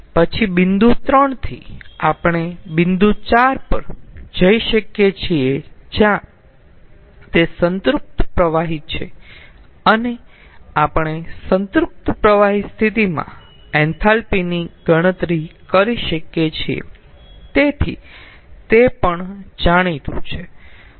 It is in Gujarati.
તેથી પછી બિંદુ 3 થી આપણે બિંદુ 4 પર જઈ શકીએ છીએ જ્યાં તે સંતૃપ્ત પ્રવાહી છે અને આપણે સંતૃપ્ત પ્રવાહી સ્થિતિમાં એન્થાલ્પી ની ગણતરી કરી શકીએ છીએ તેથી તે પણ જાણીતું છે